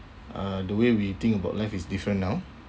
uh the way we think about life is different now